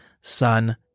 son